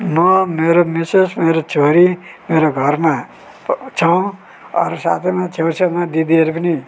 म मेरो मिसेस् मेरो छोरी मेरो घरमा छ अरू साथैमा छेउ छेउमा दिदीहरू पनि